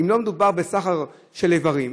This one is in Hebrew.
אם לא מדובר בסחר של איברים,